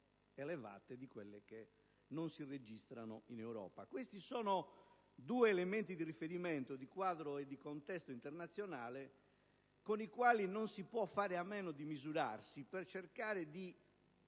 elevate di quelle che si registrano nel complesso dell'Europa. Questi sono due elementi di riferimento di quadro e di contesto internazionale con i quali non si può fare a meno di misurarsi per cercare di